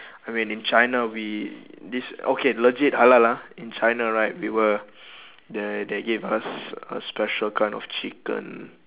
I mean in china we this okay legit halal ah in china right we were they they gave us a special kind of chicken